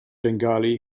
bengali